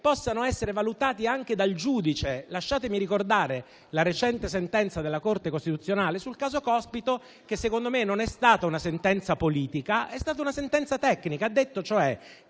possano essere valutati anche dal giudice. Lasciatemi ricordare la recente sentenza della Corte costituzionale sul caso Cospito, che secondo me non è stata una sentenza politica, ma una sentenza tecnica,